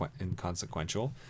inconsequential